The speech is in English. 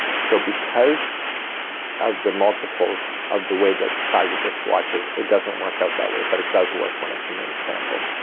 so because of the multiples of the way that the size of this swatch is it doesn't work out that way. but it does work when it's a main sample.